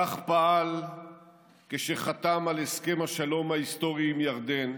כך פעל כשחתם על הסכם השלום ההיסטורי עם ירדן,